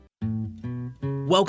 Welcome